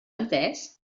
entès